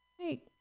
hey